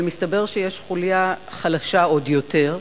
אבל מסתבר שיש חוליה חלשה עוד יותר,